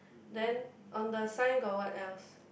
then on the sign got what else